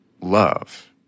love